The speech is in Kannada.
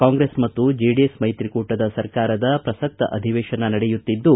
ಕಾಂಗ್ರೆಸ್ ಮತ್ತು ಜೆಡಿಎಸ್ ಮೈತ್ರಿಕೂಟದ ಸರ್ಕಾರದ ಪ್ರಸಕ್ತ ಅಧಿವೇಶನ ನಡೆಯುತ್ತಿದ್ದು